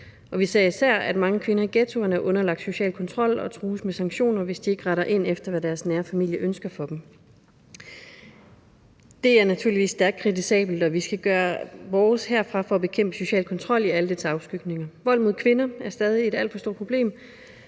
Vi ser især, at mange kvinder i ghettoerne er underlagt social kontrol og trues med sanktioner, hvis de ikke retter ind efter, hvad deres nære familie ønsker for dem. Det er naturligvis stærkt kritisabelt, og vi skal gøre vores herfra for at bekæmpe social kontrol i alle dets afskygninger. Vold mod kvinder er stadig et alt for stort problem,